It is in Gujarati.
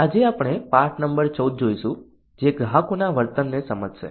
આજે આપણે પાઠ નંબર 14 જોઈશું જે ગ્રાહકોના વર્તનને સમજશે